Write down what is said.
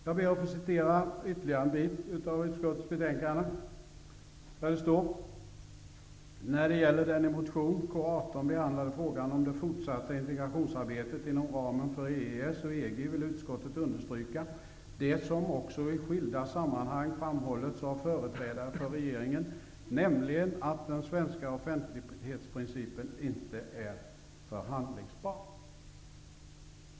Jag ber att få citera ytterligare en bit ur utskottets betänkande: ''När det gäller den i motion K18 behandlade frågan om det fortsatta integrationsarbetet inom ramen för EES och EG vill utskottet understryka det som också i skilda sammanhang framhållits av företrädare för regeringen, nämligen att den svenska offentlighetsprincipen inte är förhandlingsbar.''